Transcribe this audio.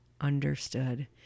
understood